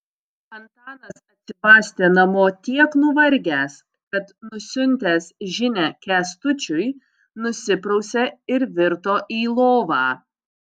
antanas atsibastė namo tiek nuvargęs kad nusiuntęs žinią kęstučiui nusiprausė ir virto į lovą